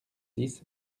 dix